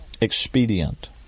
expedient